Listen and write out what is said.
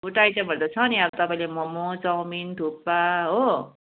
food आइटमहरू त छ नि अब तपाईँले मोमो चाउमिन थुक्पा हो